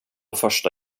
första